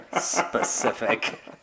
specific